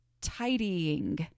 tidying